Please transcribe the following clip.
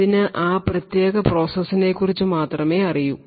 അതിനു ആ പ്രത്യേക പ്രോസസ്സിനെകുറിച്ചു മാത്രമേ അറിയൂ